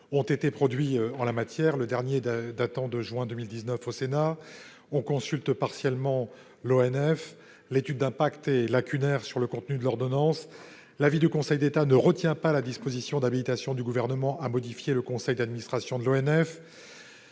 ont été produits en la matière, le dernier l'ayant été par le Sénat en juin 2019. On consulte partiellement l'ONF. L'étude d'impact est lacunaire sur le contenu de l'ordonnance. L'avis du Conseil d'État ne retient pas la disposition d'habilitation du Gouvernement à modifier le conseil d'administration de l'ONF.